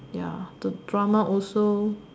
ya the drama also